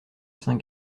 saint